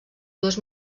dues